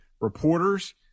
reporters